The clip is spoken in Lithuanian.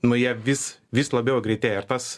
nu jie vis vis labiau greitėja ir tas